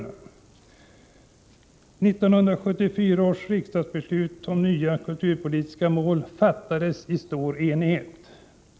1974 års riksdagsbeslut om nya kulturpolitiska mål fattades i stor enighet.